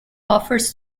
offers